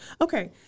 Okay